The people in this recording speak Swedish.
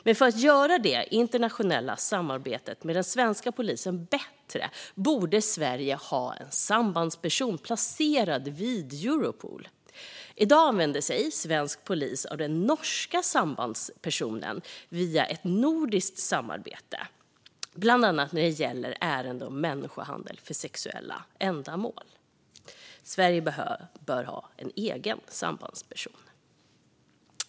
Men för att göra det internationella samarbetet med den svenska polisen bättre borde Sverige ha en sambandsperson placerad vid Europol. I dag använder sig svensk polis av den norska sambandspersonen via ett nordiskt samarbete, bland annat när det gäller ärenden om människohandel för sexuella ändamål. Sverige bör ha en egen sambandsperson.